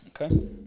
Okay